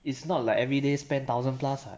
it's not like everyday spend thousand plus [what]